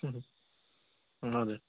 हजुर